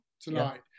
tonight